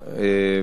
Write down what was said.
וכך,